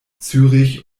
zürich